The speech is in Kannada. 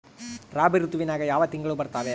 ರಾಬಿ ಋತುವಿನ್ಯಾಗ ಯಾವ ತಿಂಗಳು ಬರ್ತಾವೆ?